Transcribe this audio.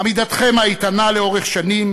עמידתכם האיתנה לאורך שנים